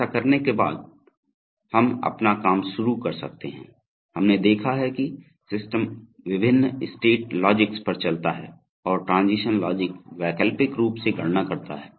ऐसा करने के बाद हम अपना काम शुरू कर सकते हैं हमने देखा है कि सिस्टम विभिन्न स्टेट लॉगिक्स पर चलता है और ट्रांजीशन लॉजिक वैकल्पिक रूप से गणना करता है